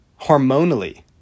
hormonally